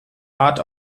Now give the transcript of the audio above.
art